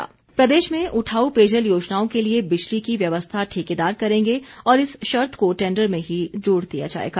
प्रश्नकाल प्रदेश में उठाऊ पेयजल योजनाओं के लिए बिजली की व्यवस्था ठेकेदार करेंगे और इस शर्त को टैंडर में ही जोड़ दिया जाएगा